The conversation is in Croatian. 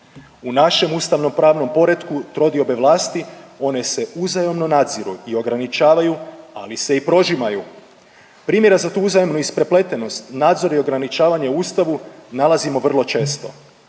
U našem ustavnopravnom poretku trodiobe vlasti one se uzajamno nadziru i ograničavaju ali se i prožimaju. Primjera za tu uzajamnu isprepletenost nadzor je ograničavanje u Ustavu nalazimo vrlo često.